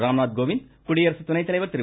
ராம்நாத் கோவிந்த் குடியரசு துணைத் தலைவர் திரு